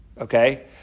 okay